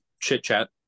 chit-chat